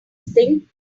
thing